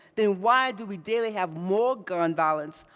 then why do we daily have more gun violence,